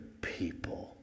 people